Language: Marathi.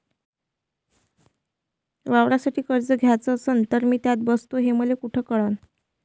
वावरासाठी कर्ज घ्याचं असन तर मी त्यात बसतो हे मले कुठ कळन?